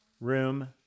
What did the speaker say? room